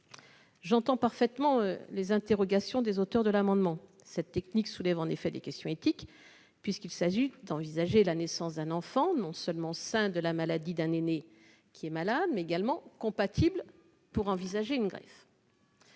J'entends parfaitement les interrogations des auteurs de l'amendement. Cette technique soulève en effet des questions éthiques, puisqu'il s'agit d'envisager la naissance d'un enfant non seulement sain de la maladie dont est atteint un aîné, mais également compatible avec celui-ci pour une greffe.